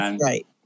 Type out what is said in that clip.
Right